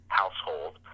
household